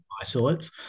isolates